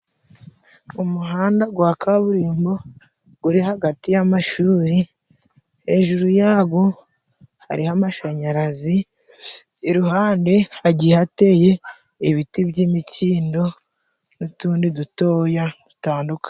Umuhanda gwa kaburimbo guri hagati y'amashuri, hejuru yago hariho amashanyarazi, iruhande hagiye ahateye ibiti by'imikindo n'utundi dutoya dutandukanye.